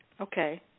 Okay